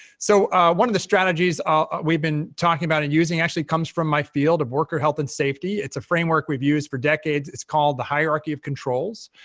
so one of the strategies ah we've been talking about and using actually comes from my field of worker health and safety. it's a framework we've used for decades. it's called the hierarchy of controls.